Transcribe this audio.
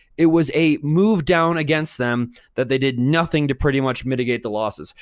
it was a move down against them that they did nothing to pretty much mitigate the losses.